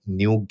new